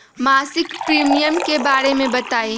मासिक प्रीमियम के बारे मे बताई?